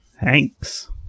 thanks